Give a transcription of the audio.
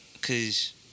Cause